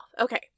Okay